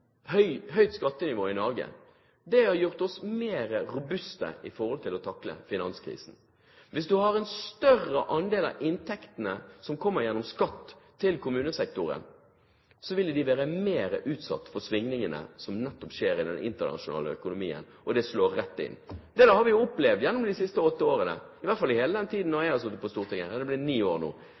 høyt skattenivå i Norge, har gjort oss mer robuste i forhold til å takle finanskrisen. Hvis en større andel av inntektene til kommunesektoren kommer gjennom skatt, ville de være mer utsatt for svingningene som skjer i den internasjonale økonomien – det slår rett inn. Vi har opplevd gjennom de siste åtte årene, i hele den tiden jeg har sittet på Stortinget – ni år blir det nå – hvordan svingninger i konjunkturer slår rett inn i kommunesektoren. Og det er greit når det